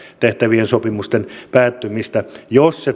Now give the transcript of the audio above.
tehtävien sopimusten päättymistä jos se